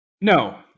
No